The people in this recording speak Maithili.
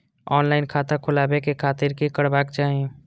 ऑनलाईन खाता खोलाबे के खातिर कि करबाक चाही?